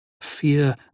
Fear